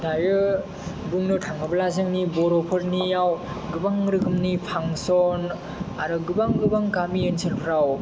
दायो बुंनो थाङोब्ला जोंनि बर'फोरनियाव गोबां रोखोमनि फांसन आरो गोबां गोबां गामि ओनसोलफोराव